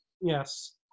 Yes